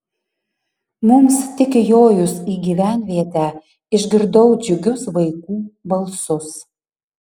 mums tik įjojus į gyvenvietę išgirdau džiugius vaikų balsus